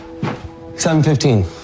7.15